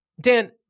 Dan